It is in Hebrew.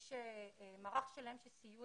יש מערך שלם של סיוע